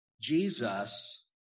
Jesus